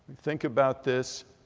think about this.